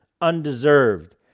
undeserved